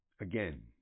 Again